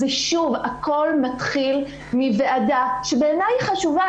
שוב, הכול מתחיל מוועדה שבעיני היא חשובה.